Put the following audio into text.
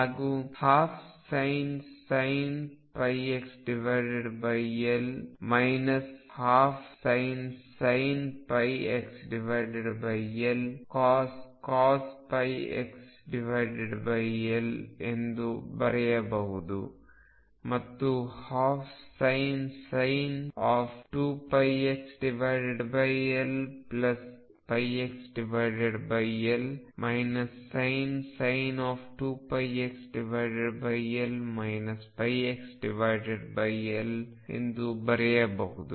ಹಾಗೂ 12sin πxL 12sin πxL cos 2πxL ಎಂದು ಬರೆಯಬಹುದು ಮತ್ತು 12sin 2πxLπxL sin 2πxL πxL ಎಂದು ಬರೆಯಬಹುದು